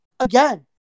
Again